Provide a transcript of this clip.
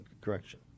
correction